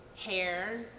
hair